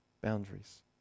Boundaries